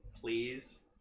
Please